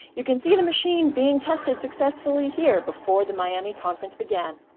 you can see the machine being tested successfully here before the miami conference began.